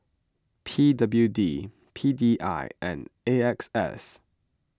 P W D P D I and A X S